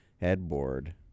headboard